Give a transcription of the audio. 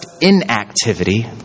inactivity